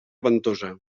ventosa